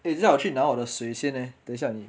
eh 等一下我去拿我的水先 leh 等一下你